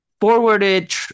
forwarded